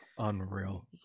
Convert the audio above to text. unreal